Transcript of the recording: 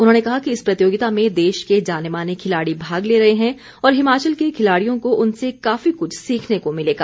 उन्होंने कहा कि इस प्रतियोगिता में देश के जाने माने खिलाड़ी भाग ले रहे हैं और हिमाचल के खिलाड़ियों को उनसे काफी कुछ सीखने को मिलेगा